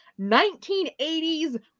1980s